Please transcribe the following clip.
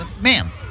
ma'am